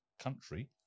country